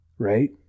right